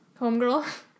homegirl